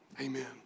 amen